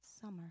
summer